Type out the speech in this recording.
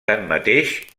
tanmateix